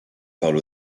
parle